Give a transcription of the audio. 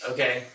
Okay